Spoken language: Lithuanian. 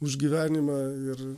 už gyvenimą ir